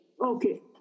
Okay